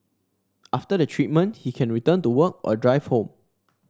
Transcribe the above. after the treatment he can return to work or drive home